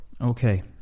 Okay